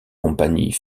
compagnie